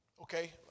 Okay